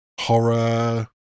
horror